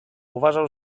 uważał